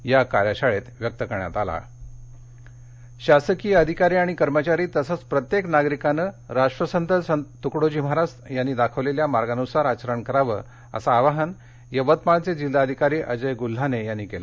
यवतमाळ राष्ट्रसंत शासकीय अधिकारी आणि कर्मचारी तसेच प्रत्येक नागरिकांनी राष्ट्रसंत संत तुकडोजी महाराजांनी दाखविलेल्या मार्गानुसारआचरण करावं असं आवाहन यवतमाळचे जिल्हाधिकारी अजय गुल्हाने यांनी केलं